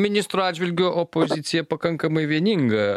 ministro atžvilgiu opozicija pakankamai vieninga